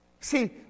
See